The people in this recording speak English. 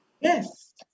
Yes